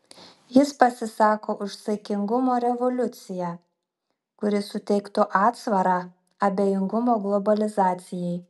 jis pasisako už saikingumo revoliuciją kuri suteiktų atsvarą abejingumo globalizacijai